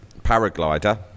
paraglider